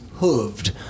hooved